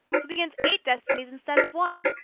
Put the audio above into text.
who begins eight destinies instead of one!